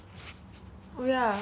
都在看你电话 leh